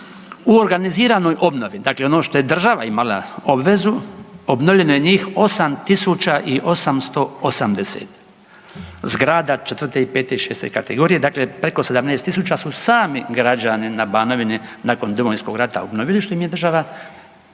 u organiziranoj obnovi dakle ono što je država imala obvezu obnovljeno je njih 8 tisuća i 880 zgrada 4., 5. i 6. kategorije dakle preko 17 tisuća su sami građani na Banovini nakon Domovinskog rata obnovili što im je država kasnije